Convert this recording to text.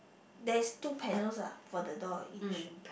there's two panels ah for the door each